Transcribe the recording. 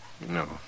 No